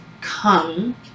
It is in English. come